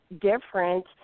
different